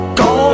go